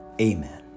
Amen